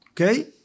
Okay